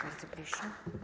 Bardzo proszę.